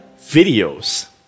videos